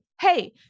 hey